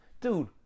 Dude